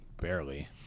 Barely